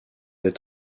est